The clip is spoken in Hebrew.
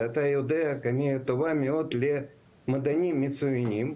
שאתה יודע שזו קמ"ע טוב מאוד למדענים מצוינים,